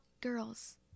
girls